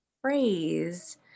phrase